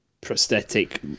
prosthetic